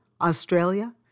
Australia